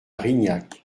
rignac